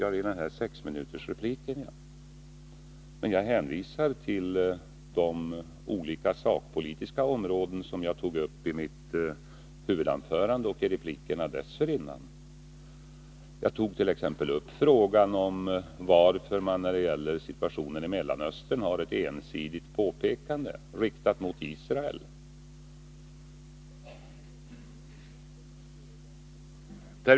Det gällde min sexminutersreplik, men jag hänvisade till de olika sakpolitiska områden som jag tog upp i mitt huvudanförande och tidigare repliker. Jag tog t.ex. upp frågan varför man när det gäller situationen i Mellersta Östern har ett ensidigt påpekande riktat mot Israel.